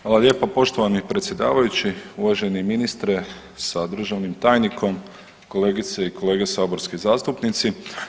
Hvala lijepo poštovani predsjedavajući, uvaženi ministre sa državnim tajnikom, kolegice i kolege saborski zastupnici.